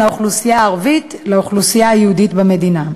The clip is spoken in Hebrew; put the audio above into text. האוכלוסייה הערבית לאוכלוסייה היהודית במדינה.